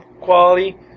quality